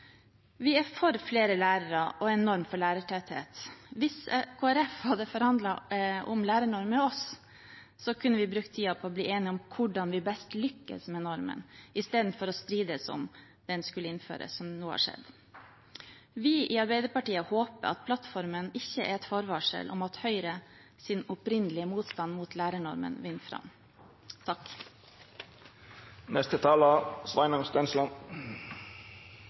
Vi er for flere lærere og en norm for lærertetthet. Hvis Kristelig Folkeparti hadde forhandlet om lærernorm med oss, kunne vi brukt tiden på å bli enige om hvordan vi best lykkes med normen, istedenfor å strides om hvorvidt den skulle innføres, som nå har skjedd. Vi i Arbeiderpartiet håper at plattformen ikke er et forvarsel om at Høyres opprinnelige motstand mot lærernormen vinner fram.